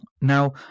Now